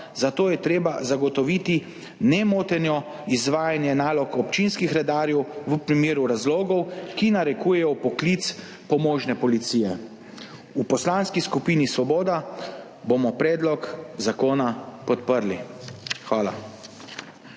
zato je treba zagotoviti nemoteno izvajanje nalog občinskih redarjev v primeru razlogov, ki narekujejo vpoklic pomožne policije. V Poslanski skupini Svoboda bomo predlog zakona podprli. Hvala.